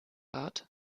art